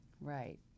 Right